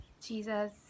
Jesus